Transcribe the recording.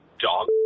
dog